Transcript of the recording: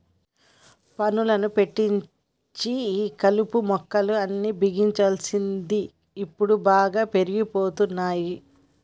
పనులను పెట్టించి ఈ కలుపు మొక్కలు అన్ని బిగించాల్సింది ఇప్పుడు బాగా పెరిగిపోతున్నాయి